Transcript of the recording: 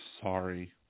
sorry